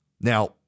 Now